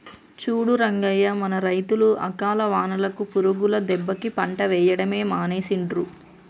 చూడు రంగయ్య మన రైతులు అకాల వానలకు పురుగుల దెబ్బకి పంట వేయడమే మానేసిండ్రు